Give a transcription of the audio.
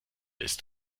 ist